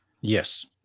Yes